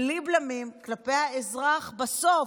בלי בלמים כלפי האזרח, בסוף,